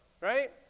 right